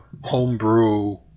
homebrew